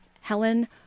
Helen